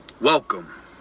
Welcome